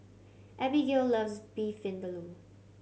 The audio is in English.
Abbigail loves Beef Vindaloo